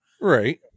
Right